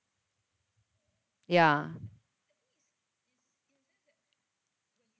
ya